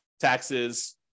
taxes